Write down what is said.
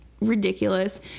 ridiculous